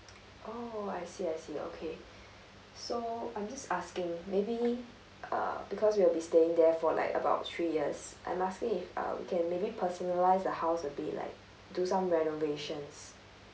oh I see I see okay so I'm just asking maybe uh because we'll be staying there for like about three years I'm asking if uh we can maybe personalize the house a bit like do some renovations